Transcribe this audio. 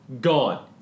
gone